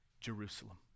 Jerusalem